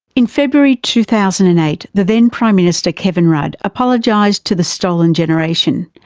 in february two thousand and eight the then prime minister, kevin rudd, apologised to the stolen generation.